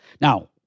Now